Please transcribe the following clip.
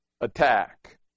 attack